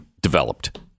developed